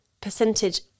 percentage